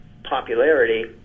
Popularity